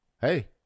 Hey